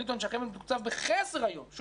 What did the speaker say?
אני טוען שהחמ"ד מתוקצב בחסר היום כי